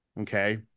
okay